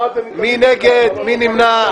מי נגד, מי נמנע?